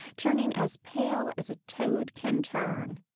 turning as pale as a toad can turn,